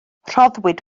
rhoddwyd